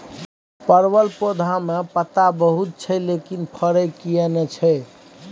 परवल पौधा में पत्ता बहुत छै लेकिन फरय किये नय छै?